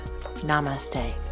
Namaste